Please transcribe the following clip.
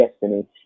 destiny